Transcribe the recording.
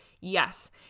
Yes